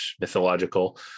mythological